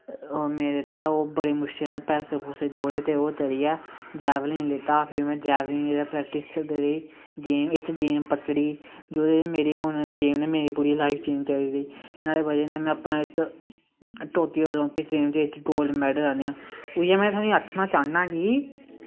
मेरै तै बड़ी मुश्कलैं पैसे पूसे जोड़े ते ओह् करियै जैवलिन च लेत्ता फिर में प्रैक्टिस इक गेम पकड़ी जेह्दे च गेम नै हून मेरी पूरी लाईफ चेंज करी ओड़ी नाह्ड़ी बजह् नै में अपनी इक टोकियो ओलांपिक च इक गोल्ड मैडल आह्नेंआ उऐ में थोआनूं आखनां चाह्नां कि